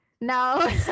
no